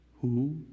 Who